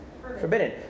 forbidden